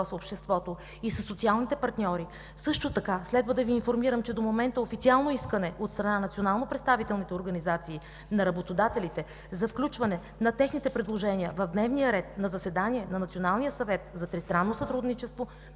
в обществото и със социалните партньори. Също така следва да Ви информирам, че до момента официално искане от страна на национално представителните организации на работодателите за включване на техните предложения в дневния ред на заседание на Националния съвет за тристранно сътрудничество